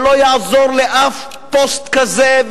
ולא יעזור לאף פוסט כזה,